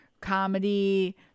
comedy